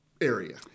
area